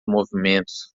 movimentos